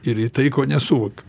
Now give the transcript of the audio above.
ir į tai ko nesuvokiu